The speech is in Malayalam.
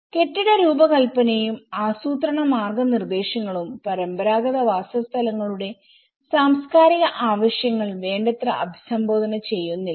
കെട്ടിട രൂപകല്പനയും ആസൂത്രണ മാർഗ്ഗനിർദ്ദേശങ്ങളും പരമ്പരാഗത വാസസ്ഥലങ്ങളുടെ സാംസ്കാരിക ആവശ്യങ്ങൾ വേണ്ടത്ര അഭിസംബോധന ചെയ്യുന്നില്ല